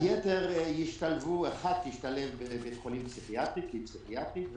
היתר ישתלבו אחת תשתלב בבית חולים פסיכיאטרי כי היא פסיכיאטרית,